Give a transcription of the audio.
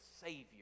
savior